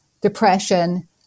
depression